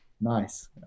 nice